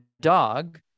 dog